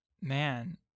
man